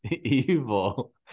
evil